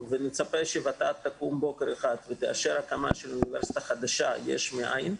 ונצפה שות"ת תקום בוקר אחד ותאשר הקמה של אוניברסיטה חדשה יש מאין,